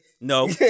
No